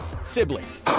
siblings